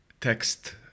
text